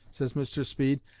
says mr. speed,